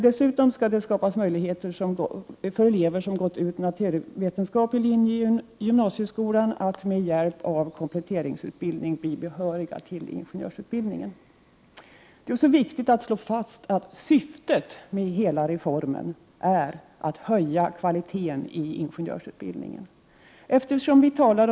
Dessutom skall det skapas möjligheter för elever som har gått naturvetenskaplig linje i gymnasieskolan att med hjälp av kompletteringsutbildning bli behöriga till ingenjörsutbildningen. Det är också viktigt att slå fast att syftet med hela reformen är att höja kvaliteten i ingenjörsutbildningen. Eftersom vi talar om en högskoleutbild Prot.